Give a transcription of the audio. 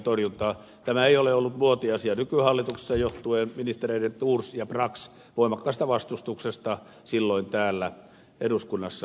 tämä ei ole ollut muotiasia nykyhallituksessa johtuen ministerien thors ja brax voimakkaasta vastustuksesta silloin täällä eduskunnassa